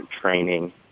training